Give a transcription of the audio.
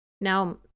Now